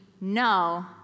no